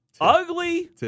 Ugly